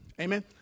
Amen